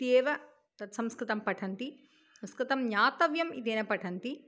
इत्येव तत् संस्कृतं पठन्ति संस्कृतं ज्ञातव्यम् इति न पठन्ति